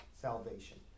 salvation